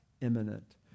imminent